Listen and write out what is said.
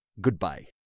Goodbye